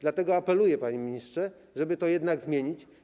Dlatego apeluję, panie ministrze, o to, żeby to jednak zmienić.